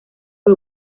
fue